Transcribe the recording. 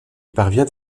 parvient